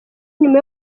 nyuma